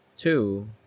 Two